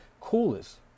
coolest